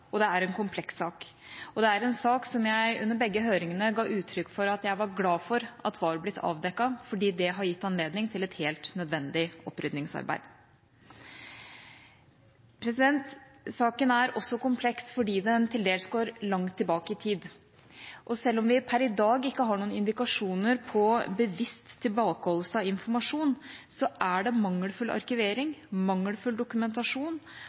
det er en kompleks sak, og det er en sak som jeg under begge høringene ga uttrykk for at jeg var glad for at var blitt avdekket, fordi det har gitt anledning til et helt nødvendig opprydningsarbeid. Saken er også kompleks fordi den til dels går langt tilbake i tid, og selv om vi per i dag ikke har noen indikasjoner på bevisst tilbakeholdelse av informasjon, er det mangelfull arkivering, mangelfull dokumentasjon